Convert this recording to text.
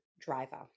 driver